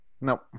Nope